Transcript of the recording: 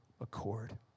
accord